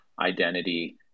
identity